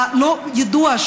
הלא-ידוע,